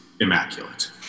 immaculate